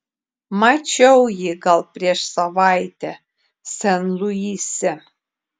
mačiau jį gal prieš savaitę sen luise